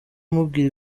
umubwira